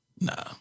nah